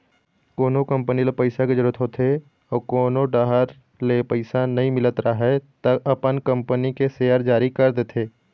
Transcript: कोनो कंपनी ल पइसा के जरूरत होथे अउ कोनो डाहर ले पइसा नइ मिलत राहय त अपन कंपनी के सेयर जारी कर देथे